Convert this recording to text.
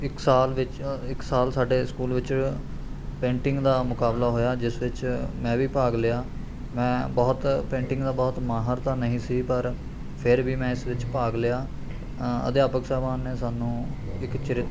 ਇੱਕ ਸਾਲ ਵਿੱਚ ਇੱਕ ਸਾਲ ਸਾਡੇ ਸਕੂਲ ਵਿੱਚ ਪੇਂਟਿੰਗ ਦਾ ਮੁਕਾਬਲਾ ਹੋਇਆ ਜਿਸ ਵਿੱਚ ਮੈਂ ਵੀ ਭਾਗ ਲਿਆ ਮੈਂ ਬਹੁਤ ਪੇਂਟਿੰਗ ਦਾ ਬਹੁਤ ਮਾਹਰ ਤਾਂ ਨਹੀਂ ਸੀ ਪਰ ਫਿਰ ਵੀ ਮੈਂ ਇਸ ਵਿੱਚ ਭਾਗ ਲਿਆ ਅਧਿਆਪਕ ਸਹਿਬਾਨ ਨੇ ਸਾਨੂੰ ਇੱਕ ਚਰਿੱਤ